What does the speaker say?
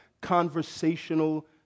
conversational